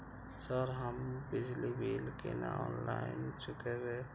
Sir हमू बिजली bill केना ऑनलाईन चुकेबे?